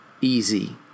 easy